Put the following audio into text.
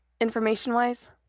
information-wise